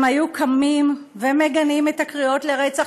הם היו קמים ומגנים את הקריאות לרצח,